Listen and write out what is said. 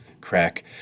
crack